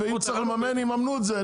ואם צריך לממן יממנו את זה.